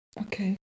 Okay